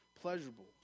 pleasurable